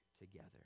together